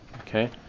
Okay